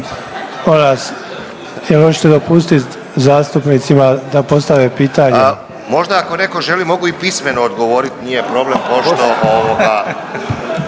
vas jel možete dopustit zastupnicima da postave pitanje. **Ivanović, Goran (HDZ)** Možda ako neko želi mogu i pismeno odgovorit nije problem pošto ovoga.